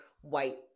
white